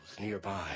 nearby